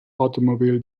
automobile